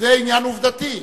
זה עניין עובדתי.